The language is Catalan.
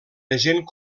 agent